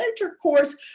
intercourse